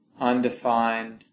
undefined